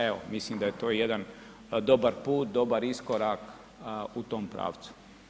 Evo mislim da je to jedan dobar put, dobar iskorak u tom pravcu.